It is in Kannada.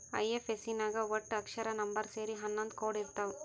ಐ.ಎಫ್.ಎಸ್.ಸಿ ನಾಗ್ ವಟ್ಟ ಅಕ್ಷರ, ನಂಬರ್ ಸೇರಿ ಹನ್ನೊಂದ್ ಕೋಡ್ ಇರ್ತಾವ್